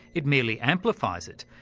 it merely amplifies it,